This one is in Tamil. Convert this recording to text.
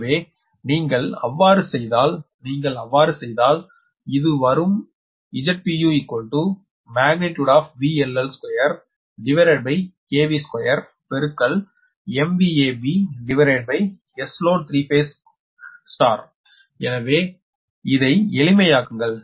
எனவே நீங்கள் அவ்வாறு செய்தால் நீங்கள் அவ்வாறு செய்தால் அது வரும் ZpuVL L22 BSloadஎனவே இதை எளிமையாக்குங்கள்